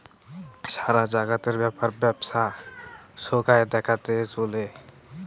সারা জাগাতের ব্যাপার বেপছা সোগায় দেখাত চলে